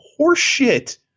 horseshit